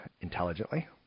intelligently